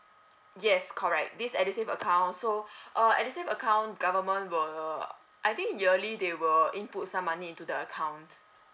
yes correct this edusave account so uh edusave account government will I think yearly they will input some money into the account